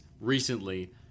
recently